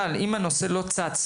מיטל, אבל אם הנושא לא צץ